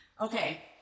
okay